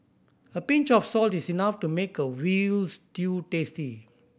a pinch of salt is enough to make a veal stew tasty